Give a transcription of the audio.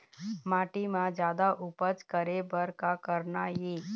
माटी म जादा उपज करे बर का करना ये?